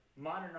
modern